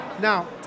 Now